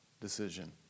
decision